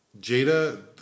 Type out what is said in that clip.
Jada